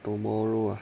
tomorrow ah